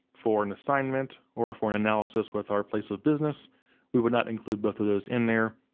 for an assignment or for an analysis with our place of business we would not include both of those in there,